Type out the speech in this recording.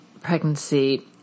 pregnancy